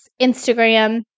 Instagram